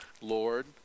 Lord